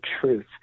truth